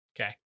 Okay